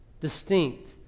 distinct